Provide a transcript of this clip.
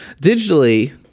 digitally